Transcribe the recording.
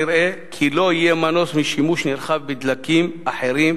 נראה כי לא יהיה מנוס משימוש נרחב בדלקים אחרים,